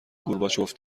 گورباچوف